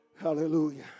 Hallelujah